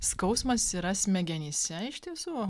skausmas yra smegenyse iš tiesų